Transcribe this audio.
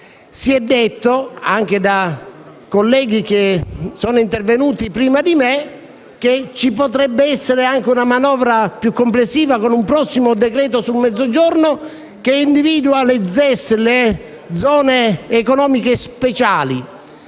Si è detto, anche da colleghi intervenuti prima di me, che potrebbe esservi una manovra più complessiva, con un prossimo decreto sul Mezzogiorno che individui le ZES, le zone economiche speciali,